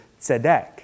tzedek